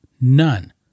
None